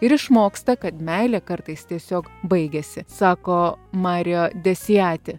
ir išmoksta kad meilė kartais tiesiog baigiasi sako mario desijati